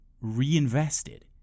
reinvested